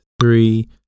three